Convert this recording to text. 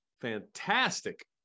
fantastic